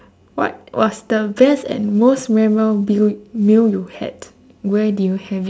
what was the best and most memorable meal you had and where did you have it